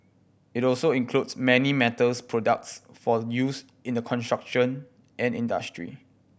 it also includes many metals products for use in the construction and industry